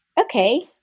Okay